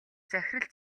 захирал